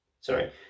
sorry